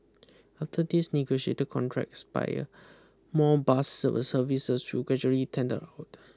after these negotiate contracts expire more bus service will be gradually tender out